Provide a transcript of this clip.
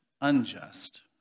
unjust